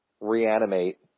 reanimate